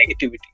negativity